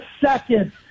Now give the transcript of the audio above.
second